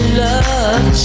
love